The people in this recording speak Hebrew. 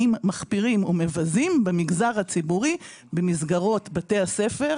פעמיים חבר בוועדה למינוי דיינים והיו לי כמעט 100 קולות.